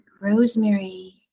Rosemary